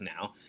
now